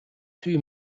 two